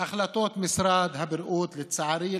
החלטות משרד הבריאות, לצערי.